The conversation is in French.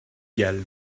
gall